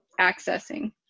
accessing